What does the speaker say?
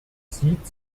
sieht